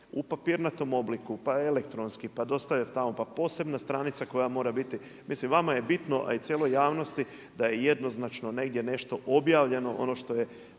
u papirnatom obliku, pa elektronski, pa dostavlja tamo, pa posebna stranica koja mora biti. Mislim vama je bitno, a i cijelo javnosti, da je jednoznačno negdje nešto objavljeno, ono što je